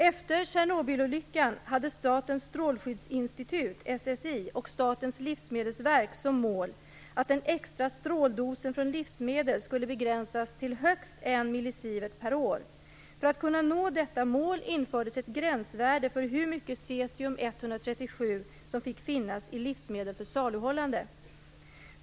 Efter Tjernobylolyckan hade Statens strålskyddsinstitut och Statens livsmedelsverk som mål att den extra stråldosen från livsmedel skulle begränsas till högst 1 mSv per år. För att kunna nå detta mål infördes ett gränsvärde för hur mycket cesium-137 som fick finnas i livsmedel för saluhållande.